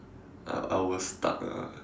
I was stuck ah